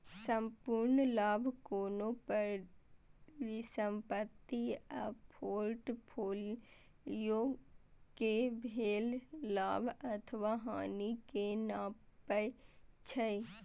संपूर्ण लाभ कोनो परिसंपत्ति आ फोर्टफोलियो कें भेल लाभ अथवा हानि कें नापै छै